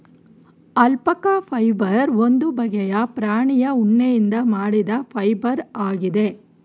alpaca fibre ಒಂದು ಬಗ್ಗೆಯ ಪ್ರಾಣಿಯ ಉಣ್ಣೆಯಿಂದ ಮಾಡಿದ ಫೈಬರ್ ಆಗಿದೆ